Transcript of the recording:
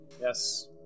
Yes